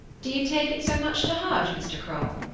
do you take it so much to heart, mr. kroll?